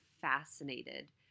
fascinated